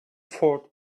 fourth